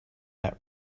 that